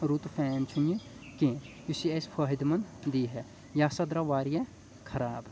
رُت فین چھُنہٕ یہِ کینٛہہ یُس یہِ اسہِ فٲیِدٕ مند دِی ہا یہِ ہسا درٛاو واریاہ خراب